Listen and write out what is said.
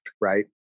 right